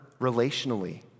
relationally